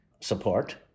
support